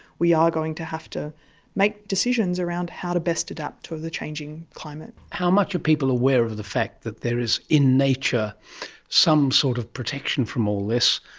we are going to have to make decisions around how to best adapt to the changing climate. how much are people aware of the fact that there is in nature some sort of protection from all this,